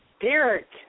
Derek